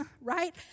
right